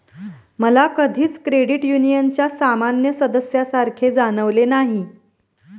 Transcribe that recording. मला कधीच क्रेडिट युनियनच्या सामान्य सदस्यासारखे जाणवले नाही